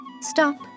Stop